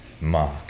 Mark